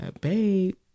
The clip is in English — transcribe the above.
Babe